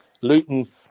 Luton